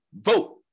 vote